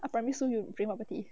ah primary school you drink bubble tea